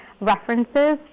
references